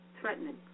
threatening